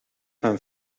mijn